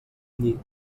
lli